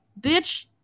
bitch